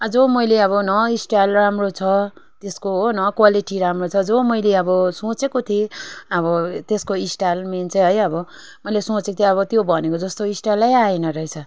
जो मैले अब न स्टाइल राम्रो छ त्यसको हो न क्वालिटी राम्रो छ जो मैले अब सोचेको थिएँ अब त्यसको स्टाइल मेन चाहिँ है अब मैले सोचेको थिएँ अब त्यो भनेको जस्तै स्टाइलै आएन रहेछ